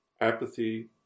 apathy